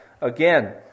again